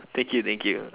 thank you thank you